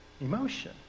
emotion